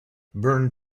burn